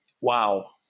wow